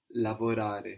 lavorare